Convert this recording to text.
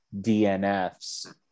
DNFs